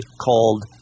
called